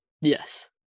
yes